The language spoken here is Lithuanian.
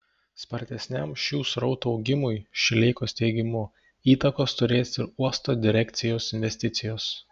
spartesniam šių srautų augimui šileikos teigimu įtakos turės ir uosto direkcijos investicijos